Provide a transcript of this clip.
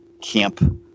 camp